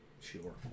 Sure